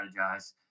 strategize